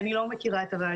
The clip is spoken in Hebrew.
כי אני לא מכירה את הראיות,